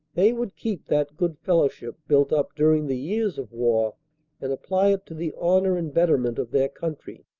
they would keep that good fellowship built up during the years of war and apply it to the honor and better ment of their country,